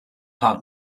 parked